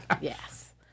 Yes